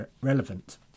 relevant